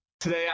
Today